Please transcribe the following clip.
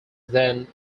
than